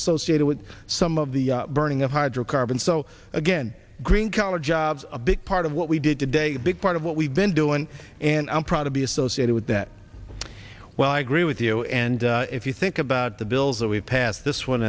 associated with some of the burning of hydrocarbons so again green collar jobs a big part of what we did today big part of what we've been doing and i'm proud to be associated with that well i agree with you and if you think about the bills that we've passed this one